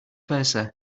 versa